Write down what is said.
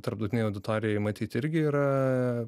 tarptautinei auditorijai matyt irgi yra